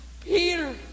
Peter